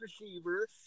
receiver –